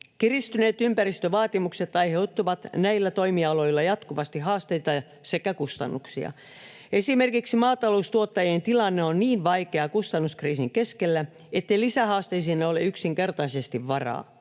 Kiristyneet ympäristövaatimukset aiheuttavat näillä toimialoilla jatkuvasti haasteita sekä kustannuksia. Esimerkiksi maataloustuottajien tilanne on niin vaikea kustannuskriisin keskellä, ettei lisähaasteisiin ole yksinkertaisesti varaa.